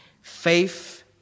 Faith